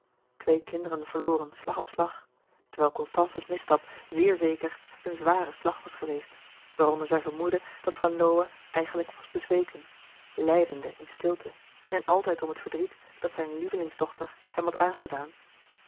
twee kinderen verloren slag op slag terwijl louis couperus de boeken der kleine zielen constance's misstap zeer zeker een zwàre slag was geweest waaronder zij vermoedde dat van lowe eigenlijk was bezweken lijdende in stilte en altijd om het verdriet dat zijne lievelingsdochter hem had aangedaan